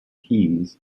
keys